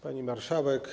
Pani Marszałek!